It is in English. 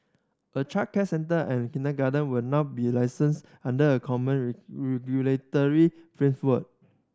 a childcare centre and kindergarten will now be licenses under a common regulatory